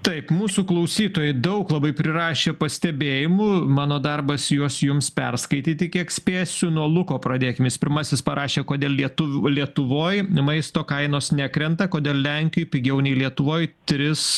taip mūsų klausytojai daug labai prirašė pastebėjimų mano darbas juos jums perskaityti kiek spėsiu nuo luko pradėkim jis pirmasis parašė kodėl lietuv lietuvoj maisto kainos nekrenta kodėl lenkijoj pigiau nei lietuvoj tris